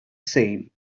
same